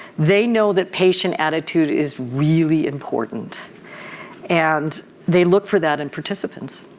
they know that patient attitude is really important and they look for that in participants.